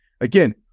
Again